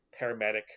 paramedic